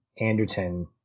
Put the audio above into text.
Anderton